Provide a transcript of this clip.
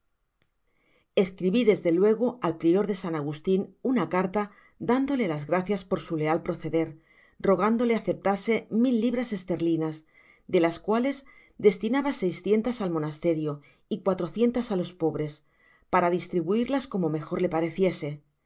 escribi desde luego al prior de san agustin una carta dándole las gracias por su leal proceder rogándole aceptase mil libras esterlinas de las cuales destinaba seiscientas al monasterio y á los pobres para distribuirlas como mejor le pareciese